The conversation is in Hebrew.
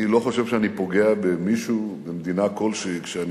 אני לא חושב שאני פוגע במישהו במדינה כלשהי כשאני